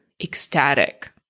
ecstatic